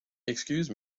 excuse